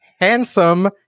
handsome